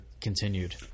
continued